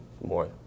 more